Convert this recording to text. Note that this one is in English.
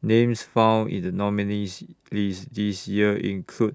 Names found in The nominees' list This Year include